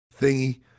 thingy